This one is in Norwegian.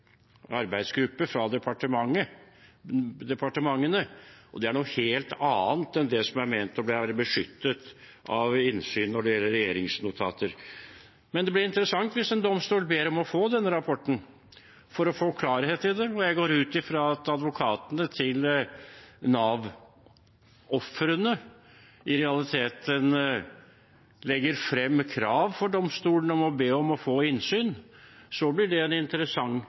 arbeidsgruppe fra departementene, og det er noe helt annet enn det som er ment å være beskyttet av innsyn når det gjelder regjeringsnotater. Men det blir interessant hvis en domstol ber om å få denne rapporten for å få klarhet i det, og jeg går ut fra at advokatene til Nav-ofrene i realiteten legger frem krav for domstolen om å be om å få innsyn. Så blir det en interessant